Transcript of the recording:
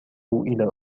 إلى